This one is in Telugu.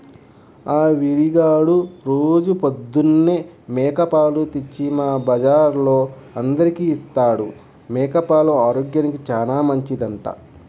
ఆ వీరిగాడు రోజూ పొద్దన్నే మేక పాలు తెచ్చి మా బజార్లో అందరికీ ఇత్తాడు, మేక పాలు ఆరోగ్యానికి చానా మంచిదంట